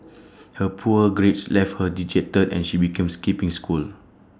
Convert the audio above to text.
her poor grades left her dejected and she began skipping school